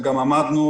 וגם עמדנו,